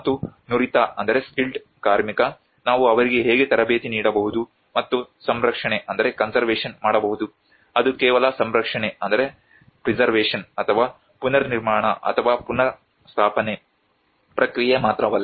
ಮತ್ತು ನುರಿತ ಕಾರ್ಮಿಕ ನಾವು ಅವರಿಗೆ ಹೇಗೆ ತರಬೇತಿ ನೀಡಬಹುದು ಮತ್ತು ಸಂರಕ್ಷಣೆ ಮಾಡಬಹುದು ಅದು ಕೇವಲ ಸಂರಕ್ಷಣೆ ಅಥವಾ ಪುನರ್ನಿರ್ಮಾಣ ಅಥವಾ ಪುನಃಸ್ಥಾಪನೆ ಪ್ರಕ್ರಿಯೆ ಮಾತ್ರವಲ್ಲ